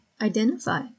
identify